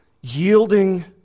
yielding